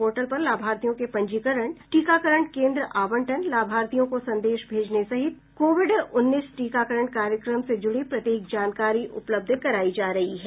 portal पर लाभार्थियों के पंजीकरण टीकाकरण केन्द्र आवंटन लाभार्थियों को संदेश भेजने सहित कोविड उन्नीस टीकाकरण कार्यक्रम से जुड़ी प्रत्येक जानकारी उपलब्ध कराई जा रही है